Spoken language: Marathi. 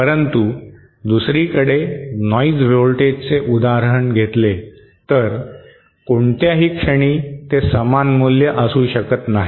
परंतु दुसरीकडे नॉइज व्होल्टेज चे उदाहरण घेतले तर कोणत्याही क्षणी ते समान मूल्य असू शकत नाही